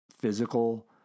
physical